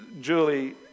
Julie